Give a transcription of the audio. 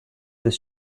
this